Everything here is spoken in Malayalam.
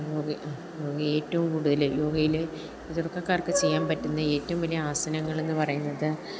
യോഗേ നമുക്കേറ്റവും കൂടുതൽ യോഗയിൽ ചെറുപ്പക്കാർക്ക് ചെയ്യാൻ പറ്റുന്ന ഏറ്റവും വലിയ ആസനങ്ങളെന്ന് പറയുന്നത്